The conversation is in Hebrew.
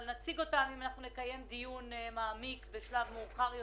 אבל נציג אותן אם אנחנו נקיים דיון מעמיק בשלב מאוחר יותר.